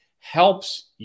helps